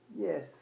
Yes